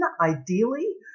ideally